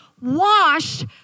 washed